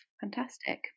Fantastic